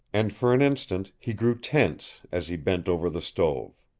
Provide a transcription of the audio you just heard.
and for an instant he grew tense as he bent over the stove.